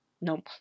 No